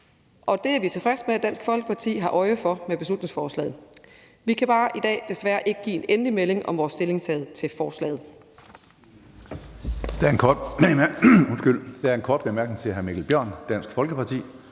og det er vi tilfredse med at Dansk Folkeparti har øje for med beslutningsforslaget. Vi kan bare i dag desværre ikke give en endelig melding om vores stillingtagen til forslaget.